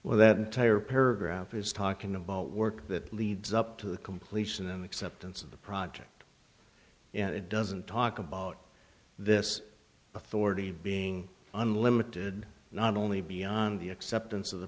well that entire paragraph is talking about work that leads up to the completion and acceptance of the project if it doesn't talk about this authority being unlimited not only beyond the acceptance of the